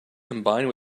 combined